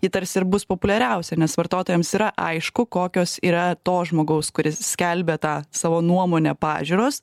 ji tarsi ir bus populiariausia nes vartotojams yra aišku kokios yra to žmogaus kuris skelbia tą savo nuomonę pažiūros